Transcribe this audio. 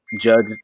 judge